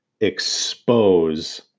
expose